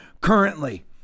currently